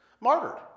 martyred